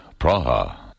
Praha